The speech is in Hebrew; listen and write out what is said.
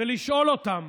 ולשאול אותם